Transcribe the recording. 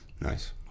Nice